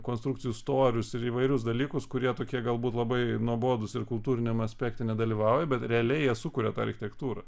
konstrukcijų storius ir įvairius dalykus kurie tokie galbūt labai nuobodūs ir kultūriniam aspekte nedalyvauja bet realiai jie sukuria tą architektūrą